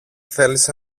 θέλησε